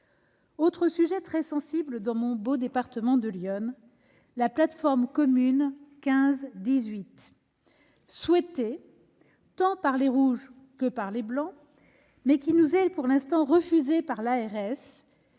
Autre sujet très sensible dans mon beau département de l'Yonne : la plateforme commune d'appel 15-18, souhaitée tant par les « rouges » que par les « blancs », mais qui nous est pour l'instant refusée par l'ARS,